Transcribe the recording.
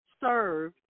served